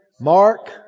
Mark